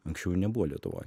anksčiau jų nebuvo lietuvoj